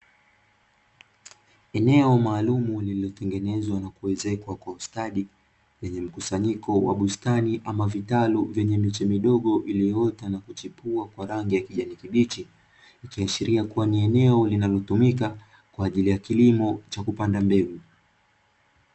Eneo maalumu, lililo tengenezwa na kuezekwa kwa ustadi lenye mkusanyiko wa bustani ama vitalu vyenye miche midogo iliyoota na kuchipua kwa rangi ya kijani kibichi, likiahsiria kuwa ni eneo linalotumika kwa ajili ya kilimo cha kupanda mbegu.